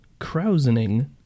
krausening